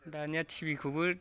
दानिया टिभिखौबो